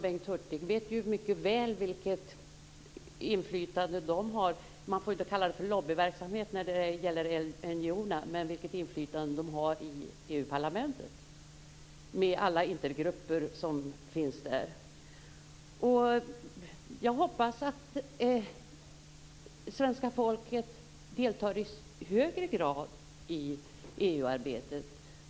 Bengt Hurtig vet ju mycket väl vilket inflytande de har - man får inte kalla deras verksamhet för lobbyverksamhet - i EU:s parlament, med alla intergrupper som finns där. Jag hoppas att svenska folket deltar i högre grad i EU-arbetet.